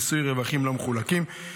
(מיסוי רווחים לא מחולקים),